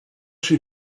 she